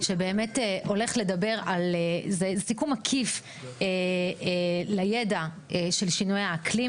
שבאמת הולך לדבר ולתת סיכום מקיף לידע של שינויי האקלים.